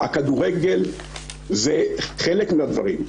הכדורגל, זה חלק מהדברים.